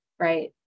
right